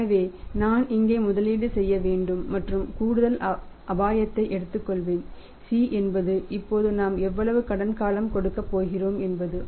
எனவே நான் இங்கே முதலீடு செய்ய வேண்டும் மற்றும் கூடுதல் அபாயத்தை எடுத்துக்கொள்வேன் c என்பது இப்போது நாம் எவ்வளவு கடன் காலம் கொடுக்கப் போகிறோம் என்பது